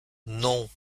non